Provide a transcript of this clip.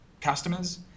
customers